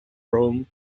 rome